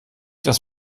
das